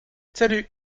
salut